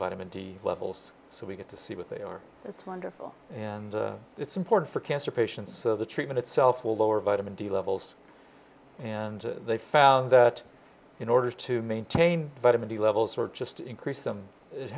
vitamin d levels so we get to see what they are that's wonderful and it's important for cancer patients so the treatment itself will lower vitamin d levels and they found that in order to maintain vitamin d levels or just increase them it